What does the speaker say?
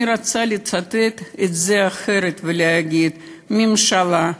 אני רוצה לצטט את זה אחרת ולהגיד: ממשלה,